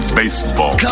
baseball